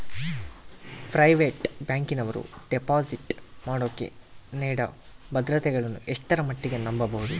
Private ಬ್ಯಾಂಕಿನವರು deposit ಮಾಡೋಕೆ ನೇಡೋ ಭದ್ರತೆಗಳನ್ನು ಎಷ್ಟರ ಮಟ್ಟಿಗೆ ನಂಬಬಹುದು?